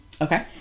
Okay